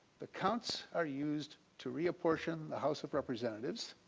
the counts are used to reapportion the house of representatives